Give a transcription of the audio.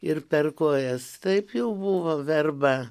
ir per kojas taip jau buvo verba